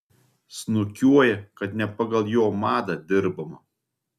snukiuoja kad ne pagal jo madą dirbama